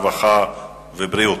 הרווחה והבריאות.